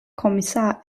kommissar